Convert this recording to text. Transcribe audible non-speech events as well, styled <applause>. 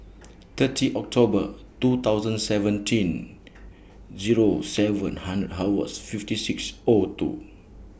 thirty October two thousand seventeen Zero seven <unintelligible> hours fifty six O two